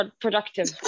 productive